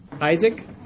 Isaac